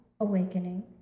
awakening